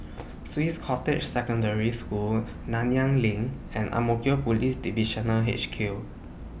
Swiss Cottage Secondary School Nanyang LINK and Ang Mo Kio Police Divisional H Q